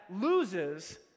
loses